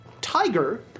Tiger